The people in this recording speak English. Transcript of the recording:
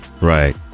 Right